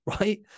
Right